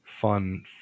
fun